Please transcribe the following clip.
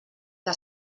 que